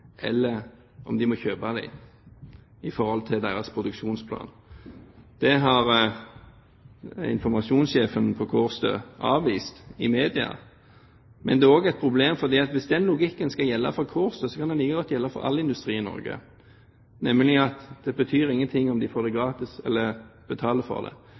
eller om de må kjøpe dem – i forhold til deres produksjonsplan. Det har informasjonssjefen på Kårstø avvist i media. Det er også et problem, for hvis den logikken skal gjelde for Kårstø, kan den like godt gjelde for all industri i Norge, nemlig at det betyr ingen ting om de får det gratis eller betaler for det.